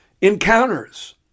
encounters